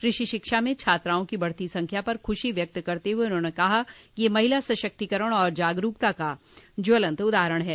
कृषि शिक्षा में छात्राओं की बढ़ती संख्या पर खुशी व्यक्त करते हुए राज्यपाल ने कहा कि यह महिला सशक्तिकरण और जागरूकता का ज्वलंत उदाहरण है